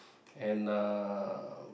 and uh